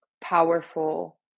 powerful